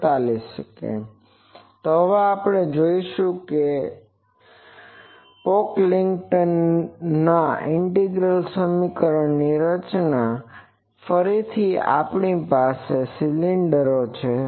તો હવે આપણે જોઈશું પોકલિંગ્ટનના ઇન્ટિગ્રલ સમીકરણ રચના ફરીથી આપણી પાસે તે સિલિન્ડરો છે